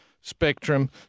spectrum